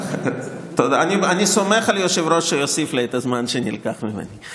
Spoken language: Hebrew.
אני סומך על היושב-ראש שיוסיף לי את הזמן שנלקח ממני.